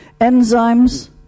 enzymes